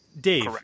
Dave